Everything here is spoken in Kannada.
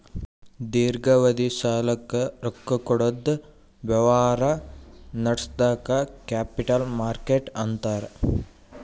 ದೀರ್ಘಾವಧಿ ಸಾಲಕ್ಕ್ ರೊಕ್ಕಾ ಕೊಡದ್ ವ್ಯವಹಾರ್ ನಡ್ಸದಕ್ಕ್ ಕ್ಯಾಪಿಟಲ್ ಮಾರ್ಕೆಟ್ ಅಂತಾರ್